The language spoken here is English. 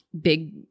big